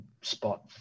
spot